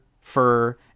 fur